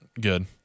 good